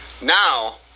Now